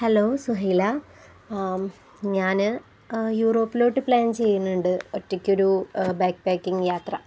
hello Suhaila ഞാന് യൂറോപ്പിലോട്ട് plan ചെയ്യുന്നുണ്ട് ഒറ്റയ്ക്കൊരു ബാക്ക് പാക്കിംഗ് യാത്ര